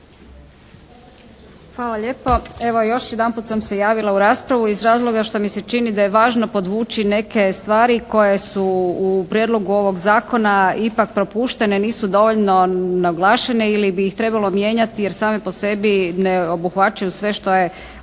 Hvala lijepo. Evo još jedanput sam se javila u raspravu iz razloga što mi se čini da je važno podvući neke stvari koje su u prijedlogu ovog Zakona ipak propuštene, nisu dovoljno naglašene ili bi ih trebalo mijenjati jer same po sebi ne obuhvaćaju sve što je,